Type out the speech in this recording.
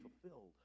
fulfilled